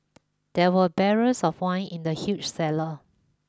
there were barrels of wine in the huge cellar